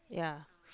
yaeh